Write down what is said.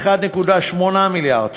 1.8 מיליארד שקלים,